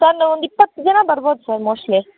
sir ನಾವೊಂದು ಇಪ್ಪತ್ತು ಜನ ಬರ್ಬೋದು ಸರ್ ಮೋಸ್ಟ್ಲಿ